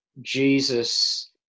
Jesus